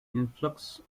influx